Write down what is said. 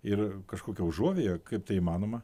ir kažkokia užuovėja kaip tai įmanoma